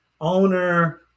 owner